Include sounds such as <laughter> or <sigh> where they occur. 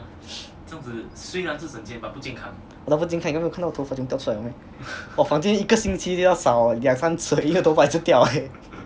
!walao! 不健康你没有看到我的头发全部掉出来了 meh 我房间一个星期就要扫两三次因为我的头发一直掉欸 <laughs>